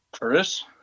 Chris